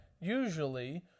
usually